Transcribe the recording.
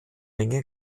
menge